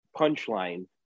punchline